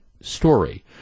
story